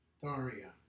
Daria